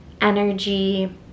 energy